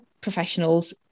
professionals